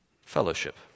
fellowship